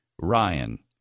Ryan